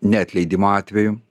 neatleidimo atveju